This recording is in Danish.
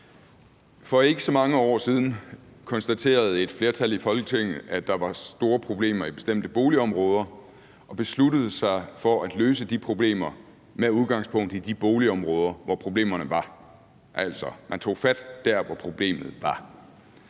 For ikke så mange år siden konstaterede et flertal i Folketinget, at der var store problemer i bestemte boligområder, og besluttede sig for at løse de problemer med udgangspunkt i de boligområder, hvor problemerne var. Altså, man tog fat der, hvor problemet var.